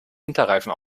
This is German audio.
winterreifen